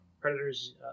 predators